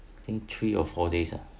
I think three or four days ah